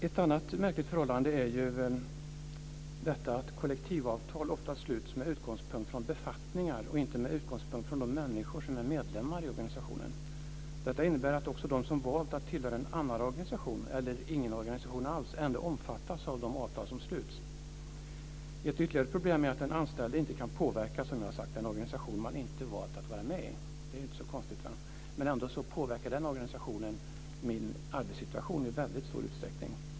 Ett annat märkligt förhållande är att kollektivavtal ofta sluts med utgångspunkt i befattningar, inte i de människor som är medlemmar i organisationen. Detta innebär att också de som valt att tillhöra en annan organisation eller ingen organisation alls ändå omfattas av de avtal som sluts. Ett ytterligare problem är att den anställde, som jag sagt, inte kan påverka den organisation man valt att inte vara med i. Det är ju inte så konstigt, men ändå påverkar den organisationen i väldigt stor utsträckning den egna arbetssituationen.